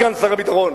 סגן שר הביטחון,